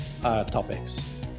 topics